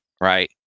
right